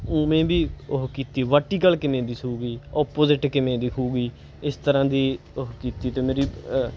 ਉਵੇਂ ਵੀ ਉਹ ਕੀਤੀ ਵਰਟੀਕਲ ਕਿਵੇਂ ਦਿਸੂਗੀ ਓਪੋਜਿਟ ਕਿਵੇਂ ਦਿਖੇਗੀ ਇਸ ਤਰ੍ਹਾਂ ਦੀ ਉਹ ਕੀਤੀ ਅਤੇ ਮੇਰੀ